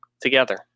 together